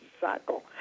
cycle